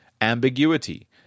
ambiguity